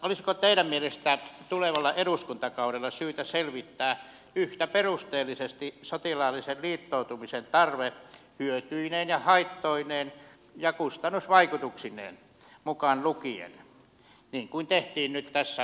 olisiko teidän mielestänne tulevalla eduskuntakaudella syytä selvittää yhtä perusteellisesti sotilaallisen liittoutumisen tarve mukaan lukien sen hyödyt haitat ja kustannusvaikutukset niin kuin tehtiin nyt kanervan työryhmässä